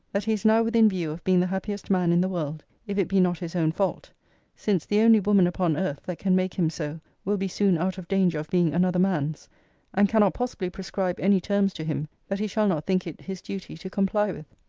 that he is now within view of being the happiest man in the world, if it be not his own fault since the only woman upon earth that can make him so will be soon out of danger of being another man's and cannot possibly prescribe any terms to him that he shall not think it his duty to comply with.